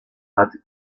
hat